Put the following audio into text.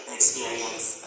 Experience